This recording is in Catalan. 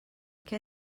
què